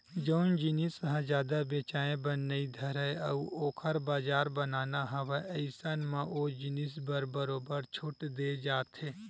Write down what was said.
जउन जिनिस ह जादा बेचाये बर नइ धरय अउ ओखर बजार बनाना हवय अइसन म ओ जिनिस म बरोबर छूट देय जाथे